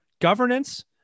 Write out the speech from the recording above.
Governance